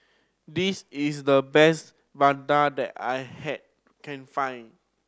this is the best vadai that I can find